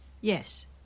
Yes